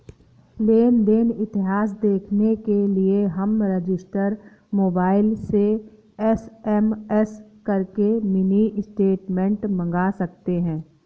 लेन देन इतिहास देखने के लिए हम रजिस्टर मोबाइल से एस.एम.एस करके मिनी स्टेटमेंट मंगा सकते है